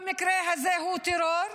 המקרה הזה הוא טרור.